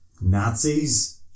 Nazis